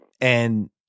and-